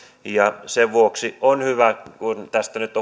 ja sen vuoksi on hyvä että tästä nyt on